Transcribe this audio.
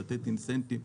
לתת אינסנטיב,